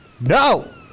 No